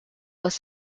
was